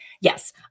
Yes